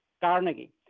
Carnegie